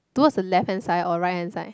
towards the left hand side or right hand side